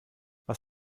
was